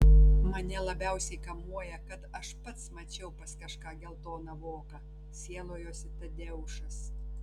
mane labiausiai kamuoja kad aš pats mačiau pas kažką geltoną voką sielojosi tadeušas